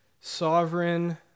sovereign